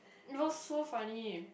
it was so funny